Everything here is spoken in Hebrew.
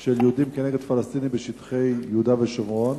של יהודים נגד פלסטינים בשטחי יהודה ושומרון?